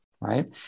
right